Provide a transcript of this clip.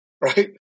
right